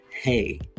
hey